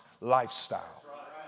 lifestyle